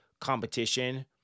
competition